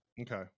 Okay